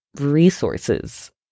resources